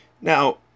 Now